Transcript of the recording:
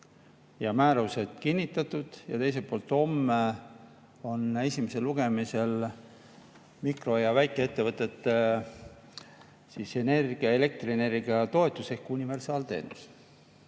ja määrused kinnitatud ja teiselt poolt, homme on esimesel lugemisel mikro- ja väikeettevõtete elektrienergia toetus ehk universaalteenus. Ma